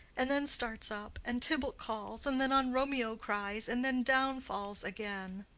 and then starts up, and tybalt calls and then on romeo cries, and then down falls again.